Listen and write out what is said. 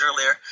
earlier